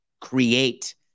Create